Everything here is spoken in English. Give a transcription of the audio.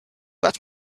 that